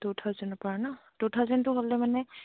two থাউজেণ্ডৰ পৰা ন টু থাউজেণ্ডটো হ'লে মানে